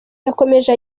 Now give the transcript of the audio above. yakomeje